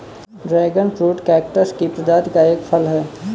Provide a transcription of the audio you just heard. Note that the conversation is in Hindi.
ड्रैगन फ्रूट कैक्टस की प्रजाति का एक फल है